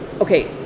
okay